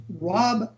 Rob